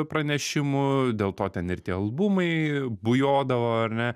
pranešimų dėl to ten ir tie albumai bujodavo ar ne